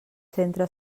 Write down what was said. centre